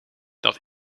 dat